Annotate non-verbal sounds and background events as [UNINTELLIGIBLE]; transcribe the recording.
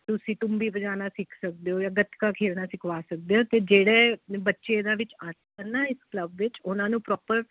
ਤੁਸੀਂ ਤੂੰਬੀ ਵਜਾਉਣਾ ਸਿੱਖ ਸਕਦੇ ਹੋ ਜਾਂ ਗੱਤਕਾ ਖੇਡਣਾ ਸਿਖਵਾ ਸਕਦੇ ਹੋ ਅਤੇ ਜਿਹੜੇ ਮਤਲਬ ਬੱਚੇ ਦਾ ਵਿੱਚ [UNINTELLIGIBLE] ਇਸ ਕਲੱਬ ਵਿੱਚ ਉਹਨਾਂ ਨੂੰ ਪ੍ਰੋਪਰ